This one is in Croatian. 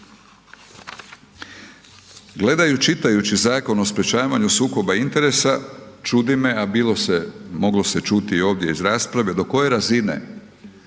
Gledajući i čitajući Zakon o sprječavanju sukoba interesa, čudi me, a bilo se, moglo se čuti ovdje iz rasprave, do koje razine